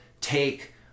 take